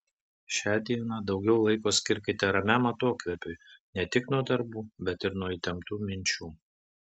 šią dieną daugiau laiko skirkite ramiam atokvėpiui ne tik nuo darbų bet ir nuo įtemptų minčių